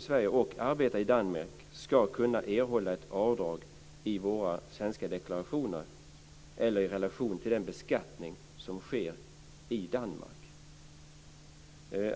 Sverige och arbetar i Danmark ska kunna erhålla ett avdrag i våra svenska deklarationer eller i relation till den beskattning som sker i Danmark?